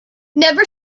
never